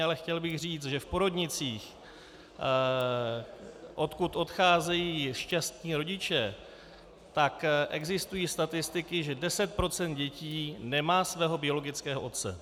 Ale chtěl bych říct, že v porodnicích, odkud odcházejí šťastní rodiče, existují statistiky, že 10 % dětí nemá svého biologického otce.